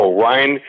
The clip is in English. Ryan